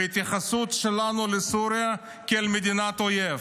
וההתייחסות שלנו לסוריה היא כאל מדינת אויב,